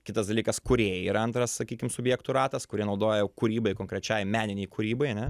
kitas dalykas kūrėjai yra antras sakykim subjektų ratas kurie naudoja kūrybai konkrečiai meninei kūrybai ane